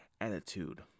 attitude